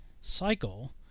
cycle